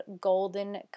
Golden